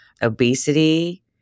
obesity